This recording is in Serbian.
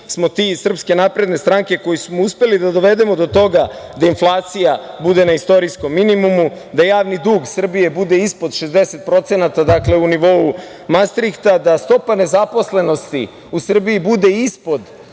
smo ti iz SNS koji smo uspeli da dovedemo do toga da inflacija bude na istorijskom minimumu, da javni dug Srbije bude ispod 60%, dakle u nivou Mastrihta, da stopa nezaposlenosti u Srbiji bude ispod